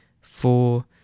four